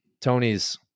Tony's